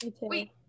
Wait